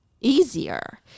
easier